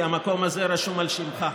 כי המקום הזה רשום על שמך.